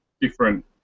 different